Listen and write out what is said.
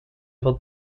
wat